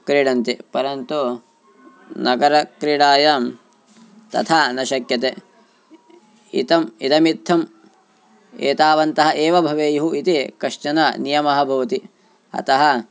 क्रीडन्ति परन्तु नगरक्रीडायां तथा न शक्यते इदम् इदमित्तम् एतावन्तः एव भवेयुः इति कश्चन नियमाः भवन्ति अतः